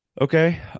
Okay